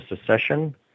secession